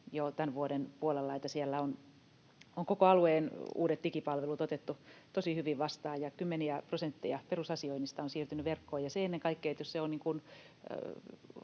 jo tämän vuoden puolella. Siellä on koko alueen uudet digipalvelut otettu tosi hyvin vastaan ja kymmeniä prosentteja perusasioinnista on siirtynyt verkkoon. Ennen kaikkea jos se on